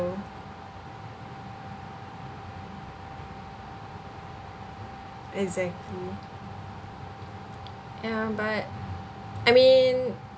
exactly ya but I mean